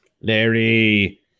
Larry